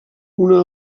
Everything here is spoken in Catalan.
una